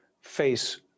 face